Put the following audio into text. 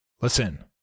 Listen